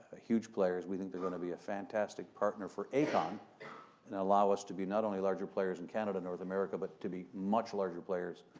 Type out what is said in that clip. huge players. we think they're going to be a fantastic partner for aecon and allow us to be not only larger players in canada, north america, but to be much larger players